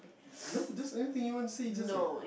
no just anything you want to say you just say